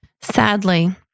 Sadly